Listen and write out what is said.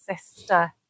sister